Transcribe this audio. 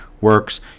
works